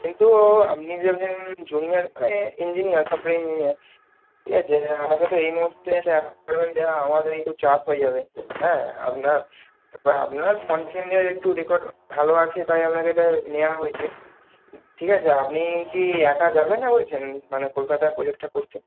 কিন্তু আপনি যে একজন জুনিয়ার মানে ইঞ্জিনিয়ার সফটওয়্যার ইঞ্জিনিয়ার ঠিক আছে আপনাকে তো এই মুহূর্তে অ্যাপার্টমেন্ট দেওয়া আমাদের একটু চাপ হয়ে যাবে হ্যাঁ আপনার আপনার একটু রেকর্ড ভালো আছে তাই আপনাকে এটা নেওয়া হয়েছে ঠিক আছে আপনি কি একা যাবেন না বলছেন মানে কলকাতার প্রোজেক্টটা করতে